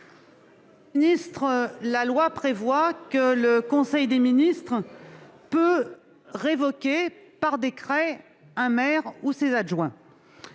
la loi prévoit que le conseil des ministres peut révoquer par décret un maire ou ses adjoints.